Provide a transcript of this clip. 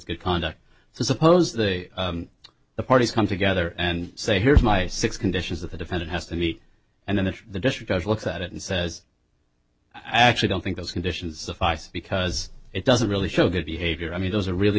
good conduct so suppose that the parties come together and say here's my six conditions that the defendant has to meet and then the district judge looks at it and says i actually don't think those conditions suffice because it doesn't really show good behavior i mean does a really